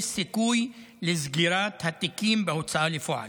יש סיכוי לסגירת התיקים בהוצאה לפועל.